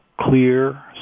clear